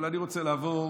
אבל אני רוצה לעבור